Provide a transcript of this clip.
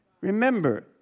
Remember